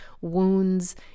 wounds